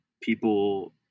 people